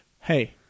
Hey